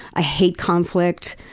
i hate conflict.